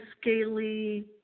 scaly